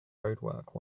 roadwork